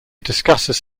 discusses